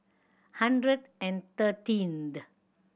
hundred thirteen